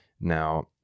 Now